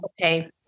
okay